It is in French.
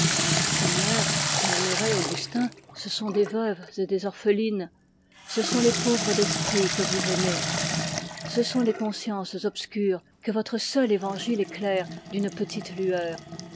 seigneur murmurait augustin ce sont des veuves et des orphelines ce sont les pauvres d'esprit que vous aimez ce sont les consciences obscures que votre seul évangile éclaire d'une petite lueur